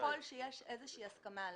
ככל שיש איזושהי הסכמה.